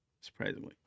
surprisingly